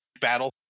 battle